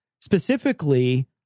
specifically